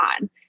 on